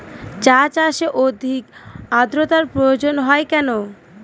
চা চাষে অধিক আদ্রর্তার প্রয়োজন কেন হয়?